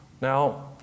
Now